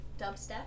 dubstep